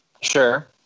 Sure